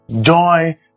Joy